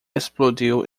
explodiu